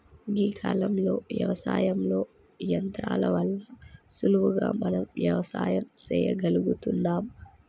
గీ కాలంలో యవసాయంలో యంత్రాల వల్ల సులువుగా మనం వ్యవసాయం సెయ్యగలుగుతున్నం